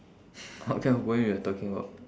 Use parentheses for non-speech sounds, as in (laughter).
(laughs) what kind of poem you're talking about